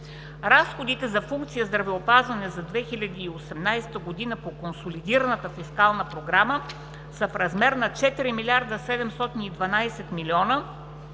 Разходите за функция „Здравеопазване“ за 2018 г. по Консолидираната фискална програма са в размер на 4 712,0 млн.